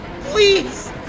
Please